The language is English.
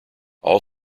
all